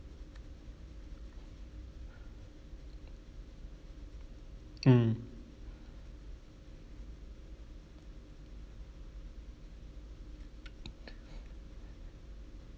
mm